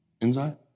Inside